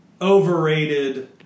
overrated